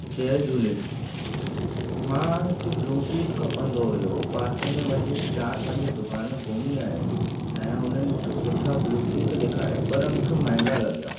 जय झूले मां हिकु ब्लूटूथ खपंदो हुयो पासे में वञी चारि पंज दुकान घुमी अयुमि ऐं हुननि मूंखे सुठा ब्लूटूथ ॾेखारिया पर मूंखे माहंगा लॻिया